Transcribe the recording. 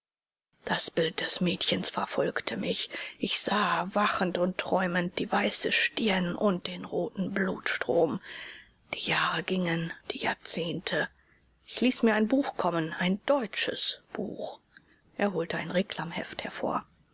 das bild des mädchens verfolgte mich ich sah wachend und träumend die weiße stirn und den roten blutstrom die jahre gingen die jahrzehnte ich ließ mir ein buch kommen ein deutsches buch er holte ein reclam heft hervor